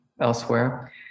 elsewhere